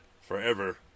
forever